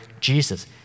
jesus